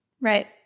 Right